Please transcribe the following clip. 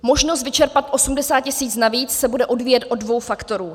Možnost vyčerpat 80 tisíc navíc se bude odvíjet od dvou faktorů.